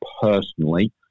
personally